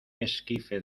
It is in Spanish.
esquife